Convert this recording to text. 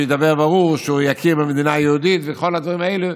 שהוא ידבר ברור ושהוא יכיר במדינה יהודית וכל הדברים האלה.